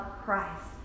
christ